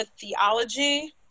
theology